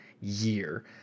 year